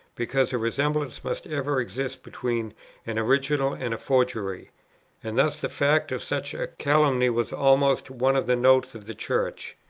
because a resemblance must ever exist between an original and a forgery and thus the fact of such a calumny was almost one of the notes of the church.